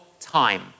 time